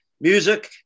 music